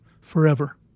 forever